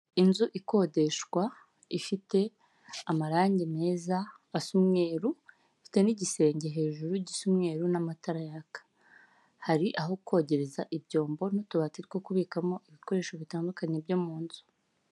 Inzu ikodeshwa ifite amarange meza asa umweru, ifite n'igisenge hejuru gisa umweru n'amatara yaka. Hari aho kogereza ibyombo n'utubati two kubikamo ibikoresho byo mu nzu.